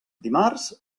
dimarts